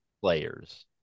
players